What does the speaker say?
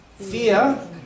fear